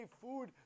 food